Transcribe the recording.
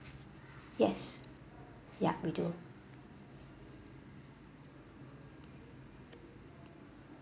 yes yup we do